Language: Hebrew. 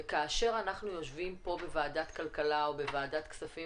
וכאשר אנחנו יושבים בוועדת כלכלה או ועדת כספים